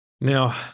Now